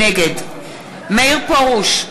נגד מאיר פרוש,